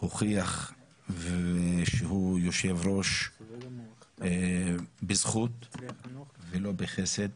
הוכיח שהוא יושב-ראש בזכות ולא בחסד,